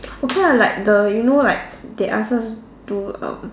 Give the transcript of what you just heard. okay ah like the you know like they ask us do um